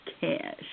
cash